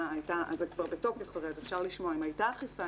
זה כבר בתוקף אז אפשר לשמוע אם הייתה אכיפה,